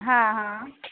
ହଁ ହଁ